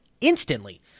instantly